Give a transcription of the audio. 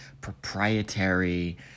proprietary